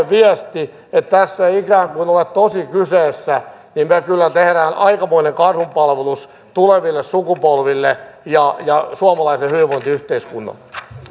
viestin että tässä ikään kuin ei ole tosi kyseessä niin me kyllä teemme aikamoisen karhunpalveluksen tuleville sukupolville ja ja suomalaiselle hyvinvointiyhteiskunnalle